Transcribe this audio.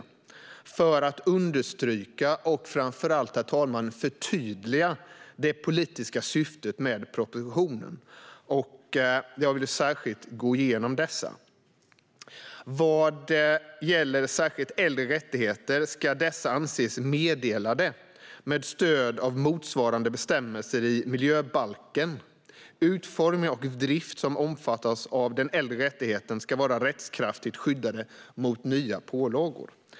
Tanken är att understryka och framför allt, herr talman, förtydliga det politiska syftet med propositionen. Jag vill särskilt gå igenom dessa begrepp. Vad gäller äldre rättigheter ska dessa anses meddelade med stöd av motsvarande bestämmelser i miljöbalken. Utformning och drift som omfattas av den äldre rättigheten ska vara rättskraftigt skyddade mot nya pålagor.